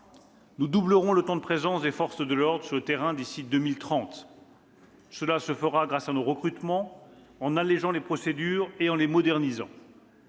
Nous doublerons le temps de présence des forces de l'ordre sur le terrain d'ici à 2030. Cela se fera grâce à nos recrutements, en allégeant les procédures et en les modernisant.